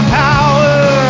power